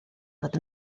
fod